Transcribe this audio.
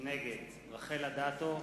נגד רחל אדטו,